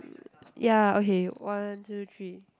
ya okay one two three